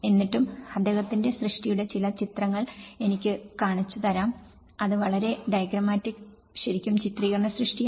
എന്നിട്ടും അദ്ദേഹത്തിന്റെ സൃഷ്ടിയുടെ ചില ചിത്രങ്ങൾ എനിക്ക് കാണിച്ചുതരാം അത് വളരെ ഡയഗ്രമാറ്റിക് ശരിക്കും ചിത്രീകരണ സൃഷ്ടിയായിരുന്നു